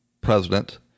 president